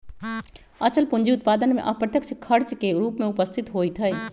अचल पूंजी उत्पादन में अप्रत्यक्ष खर्च के रूप में उपस्थित होइत हइ